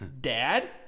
Dad